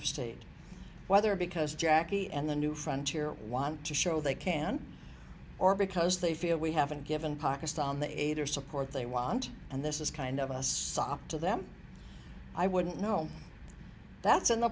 of state whether because jackie and the new frontier want to show they can or because they feel we haven't given pakistan the aid or support they want and this is kind of us sop to them i wouldn't know that's in the